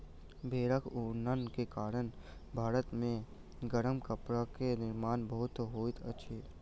भेड़क ऊनक कारणेँ भारत मे गरम कपड़ा के निर्माण बहुत होइत अछि